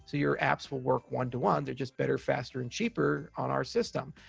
so your apps will work one-to-one. they're just better, faster and cheaper on our system.